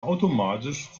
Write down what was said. automatisch